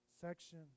section